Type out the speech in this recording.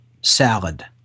salad